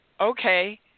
Okay